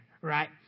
right